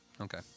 Okay